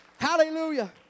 Hallelujah